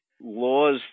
laws